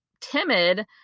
timid